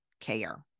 care